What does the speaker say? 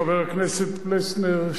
חבר הכנסת פלסנר,